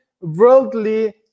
worldly